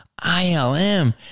ILM